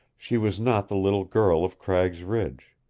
she was not the little girl of cragg's ridge.